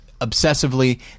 obsessively